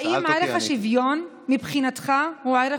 האם ערך השוויון מבחינתך הוא ערך